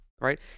right